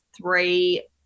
three